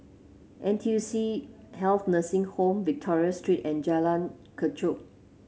N T U C Health Nursing Home Victoria Street and Jalan Kechot